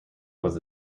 was